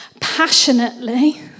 passionately